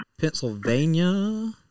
Pennsylvania –